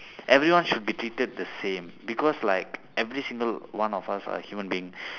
everyone should be treated the same because like every single one of us are human being